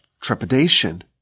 trepidation